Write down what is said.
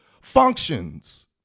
functions